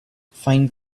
find